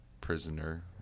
prisoner